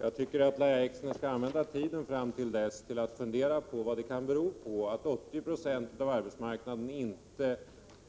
Jag tycker att Lahja Exner skall använda tiden fram till dess att fundera över vad det kan bero på att 80 90 av arbetsmarknaden i dag